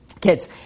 kids